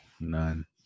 none